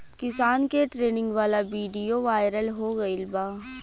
किसान के ट्रेनिंग वाला विडीओ वायरल हो गईल बा